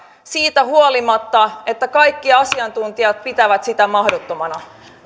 siitä huolimatta että kaikki asiantuntijat pitävät sitä mahdottomana